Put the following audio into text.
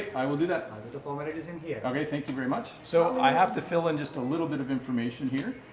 i will do that. i'll get the formalities in here. okay, thank you very much. so i have to fill in just a little bit of information here.